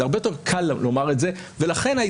זה הרבה יותר קל לומר את זה, ולכן לא